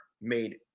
made